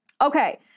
Okay